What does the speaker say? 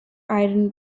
iron